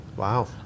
Wow